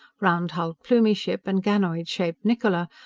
round-hulled plumie ship, and ganoid-shaped niccola,